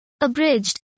Abridged